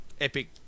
epic